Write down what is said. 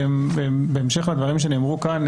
בהמשך לדברים שנאמרו כאן,